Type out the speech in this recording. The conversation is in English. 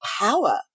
power